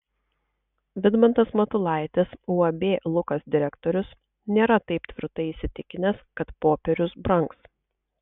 vidmantas matulaitis uab lukas direktorius nėra taip tvirtai įsitikinęs kad popierius brangs